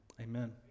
Amen